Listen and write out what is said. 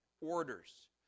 orders